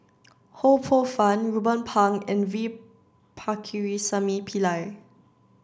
Ho Poh Fun Ruben Pang and V Pakirisamy Pillai